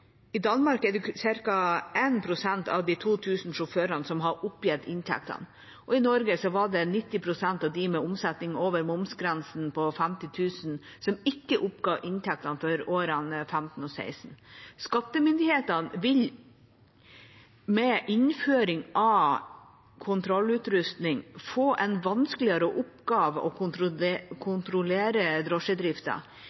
I Danmark er det ca. 1 pst. av de 2 000 sjåførene som har oppgitt inntektene. I Norge var det 90 pst. av de med omsetning over momsgrensen på 50 000 kr, som ikke oppga inntekter for årene 2015 og 2016. Skattemyndighetene vil med innføring av kontrollutrustning få en vanskeligere oppgave med å